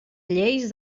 lleis